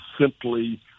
simply